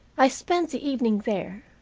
i spent the evening there,